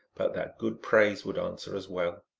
but that good praise would answer as well.